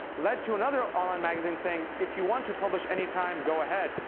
led to another online magazine saying if you want to publish anytime, go ahead.